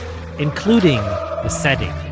including the setting.